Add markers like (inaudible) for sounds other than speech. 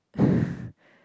(breath)